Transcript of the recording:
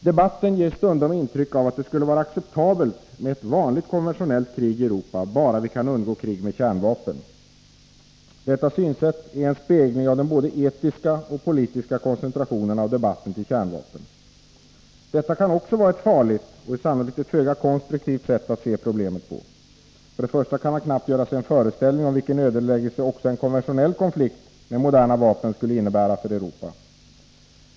Debatten ger stundom intryck av att det skulle vara acceptabelt med ett vanligt, konventionellt krig i Europa, bara vi kunde undgå krig med kärnvapen. Detta synsätt är en spegling av den både etiska och politiska koncentrationen av debatten till kärnvapen. Också detta kan vara farligt, och det är sannolikt ett föga konstruktivt sätt att se problemen på. För det första kan man knappt göra sig en föreställning om vilken ödeläggelse också en konventionell konflikt med moderna vapen skulle innebära för Europa.